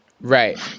Right